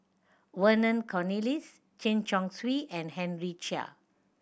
Vernon Cornelius Chen Chong Swee and Henry Chia